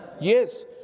Yes